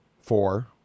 four